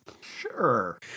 Sure